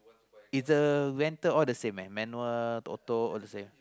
either rental all is the same uh manual auto all the same